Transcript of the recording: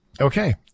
okay